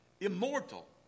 immortal